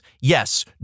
yes